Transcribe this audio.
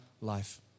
life